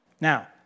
Now